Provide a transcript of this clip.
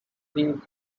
being